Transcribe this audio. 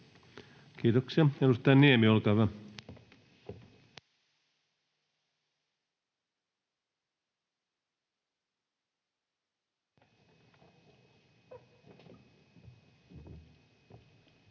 Kiitoksia. — Edustaja Niemi, olkaa hyvä.